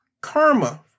karma